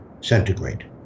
centigrade